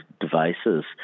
devices